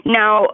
now